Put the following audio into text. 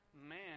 man